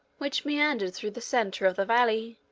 which meandered through the center of the valley,